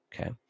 Okay